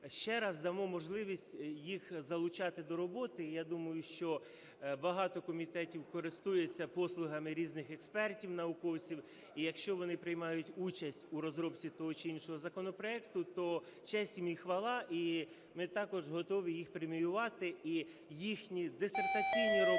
ще раз дамо можливість їх залучати до роботи. І я думаю, що багато комітетів користуються послугами різних експертів, науковців. І якщо вони приймають участь у розробці того чи іншого законопроекту, то честь їм і хвала. І ми також готові їх преміювати, і їхні дисертаційні роботи,